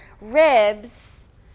ribs